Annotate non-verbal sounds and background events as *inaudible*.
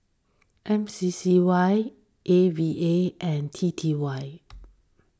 M C C Y A V A and T T Y *noise*